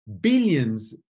billions